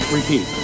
repeat